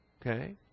Okay